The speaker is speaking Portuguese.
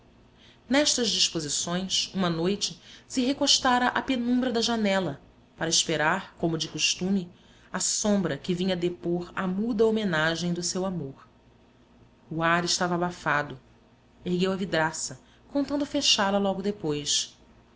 nestas disposições uma noite se recostara à penumbra da janela para esperar como de costume a sombra que vinha depor a muda homenagem do seu amor o ar estava abafado ergueu a vidraça contando fechá la logo depois